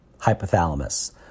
hypothalamus